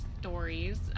stories